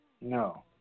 No